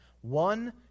One